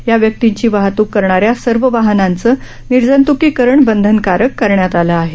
या व्यक्तींची वाहतूक करणाऱ्या सर्व वाहनांचं निर्जंतुकीकरण बंधनकारक करण्यात आलं आहे